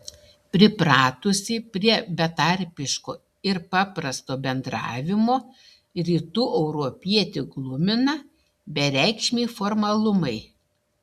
pripratusį prie betarpiško ir paprasto bendravimo rytų europietį glumina bereikšmiai formalumai